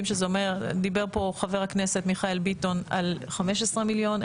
ודיבר פה חבר הכנסת מיכאל ביטון על 15 מיליון,